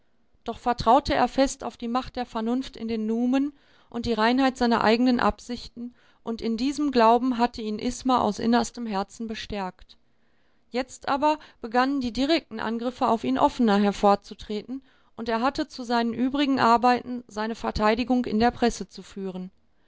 doch vertraute er fest auf die macht der vernunft in den numen und die reinheit seiner eigenen absichten und in diesem glauben hatte ihn isma aus innerstem herzen bestärkt jetzt aber begannen die direkten angriffe auf ihn offener hervorzutreten und er hatte zu seinen übrigen arbeiten seine verteidigung in der presse zu führen